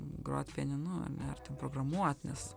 grot pianinu ar ne ar ten programuot nes